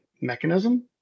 mechanism